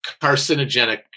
carcinogenic